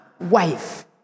wife